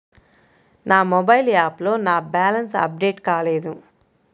నా మొబైల్ యాప్లో నా బ్యాలెన్స్ అప్డేట్ కాలేదు